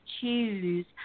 choose